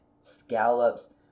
scallops